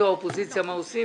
האופוזיציה תחליטו מה עושים,